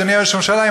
אדוני ראש הממשלה,